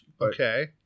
Okay